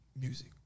music